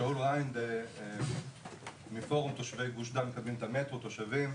שאול רינד מפורום תושבי גוש דן מקבלים את המטרו תושבים,